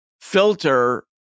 filter